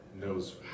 knows